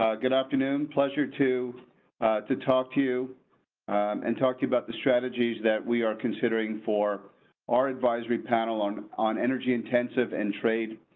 ah good afternoon. pleasure to to talk to you and talk to you about the strategies that we are considering for our advisory panel on, on energy, intensive and trade.